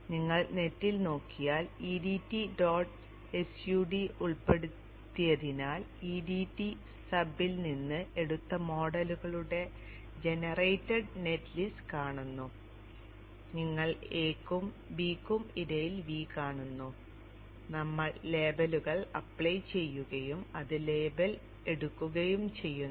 അതിനാൽ നിങ്ങൾ നെറ്റിൽ നോക്കിയാൽ edt dot s u d ഉൾപ്പെടുത്തിയതിനാൽ edt sub ൽ നിന്ന് എടുത്ത മോഡലുകളുടെ ജനറേറ്റഡ് നെറ്റ് ലിസ്റ്റ് നിങ്ങൾ കാണുന്നു നിങ്ങൾ a യ്ക്കും b യ്ക്കും ഇടയിൽ V കാണുന്നു നമ്മൾ ലേബലുകൾ അപ്ലൈ ചെയ്യുകയും അത് ലേബൽ എടുക്കുകയും ചെയ്യുന്നു